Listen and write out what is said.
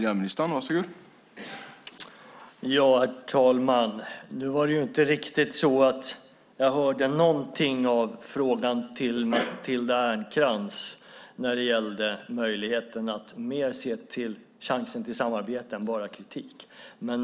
Herr talman! Nu hörde jag inte någonting från Matilda Ernkrans när det gällde möjligheten att se en chans till samarbete och inte bara till kritik.